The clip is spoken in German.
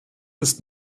ist